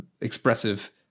expressive